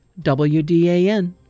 WDAN